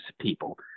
people